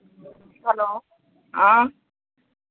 hello હા